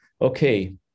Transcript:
okay